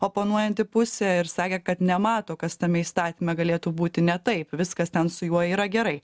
oponuojanti pusė ir sakė kad nemato kas tame įstatyme galėtų būti ne taip viskas ten su juo yra gerai